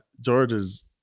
George's